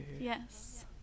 Yes